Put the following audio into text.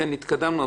כן, התקדמנו.